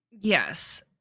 Yes